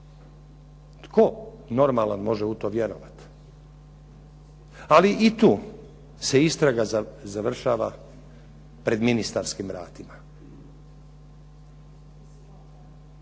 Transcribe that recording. Tko normalan može u to vjerovati? Ali i tu se istraga završava pred ministarskim vratima.